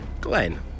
Glenn